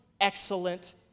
excellent